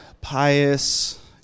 pious